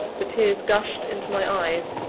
the tears gushed into my eyes,